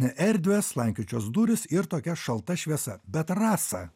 erdvės slankiojančios durys ir tokia šalta šviesa bet rasa